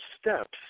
steps